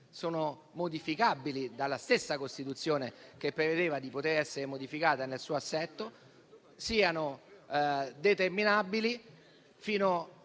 sono modificabili dalla stessa Costituzione (che prevedeva di poter essere modificata nel suo assetto), sia determinabile fino in